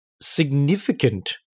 significant